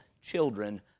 children